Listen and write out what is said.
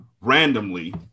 randomly